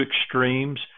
extremes